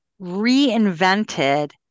reinvented